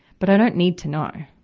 but i don't need to know,